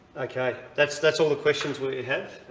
okay, that's that's all the questions we have,